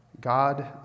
God